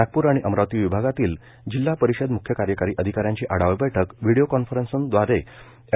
नागपूर आणि अमरावती विभागातील जिल्हा परिषद मुख्य कार्यकारी अधिकाऱ्यांची आढावा बैठक व्हिडिओ कॉन्फरन्सदवारे मंत्री एड